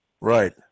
Right